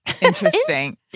Interesting